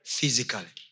Physically